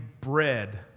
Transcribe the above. bread